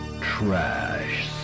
trash